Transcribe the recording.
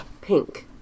Pink